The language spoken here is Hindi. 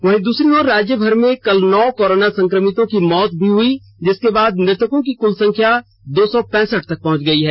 वहीं दूसरी ओर राज्यभर में कल नौ कोरोना संक्रमितों की मौत हो गई जिसके बाद मृतकों की कुल संख्या दो सौ पैंसठ पहुंच गई है